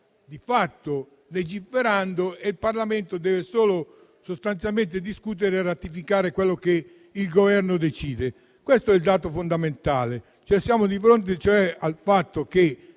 di fatto legifera e il Parlamento deve solo discutere e ratificare quello che il Governo decide. Questo è il dato fondamentale: certamente c'è